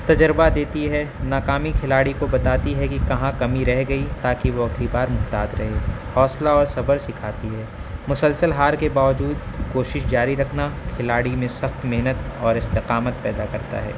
تجربہ دیتی ہے ناکامی کھلاڑی کو بتاتی ہے کہ کہاں کمی رہ گئی تاکہ وہ اگلی بار محتاط رہے حوصلہ اور صبر سکھاتی ہے مسلسل ہار کے باوجود کوشش جاری رکھنا کھلاڑی میں سخت محنت اور استقامت پیدا کرتا ہے